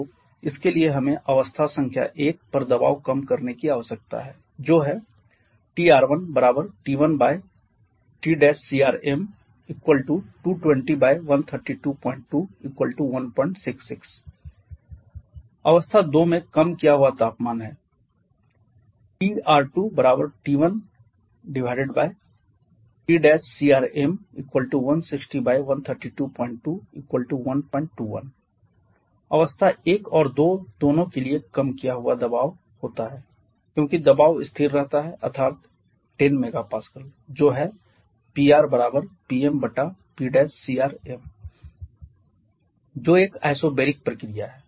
तो इसके लिए हमें अवस्था संख्या 1 पर दबाव कम करने की आवश्यकता है जो है TR1T1Tcrm2201322166 अवस्था 2 में कम किया हुआ तापमान है TR2T1Tcrm1601322121 अवस्था 1 और 2 दोनों के लिए कम किया हुआ दबाव होता है क्योंकि दबाव स्थिर रहता है अर्थात 10 MPa जो है PRPmPcrm जो एक आइसोबैरिक प्रक्रिया है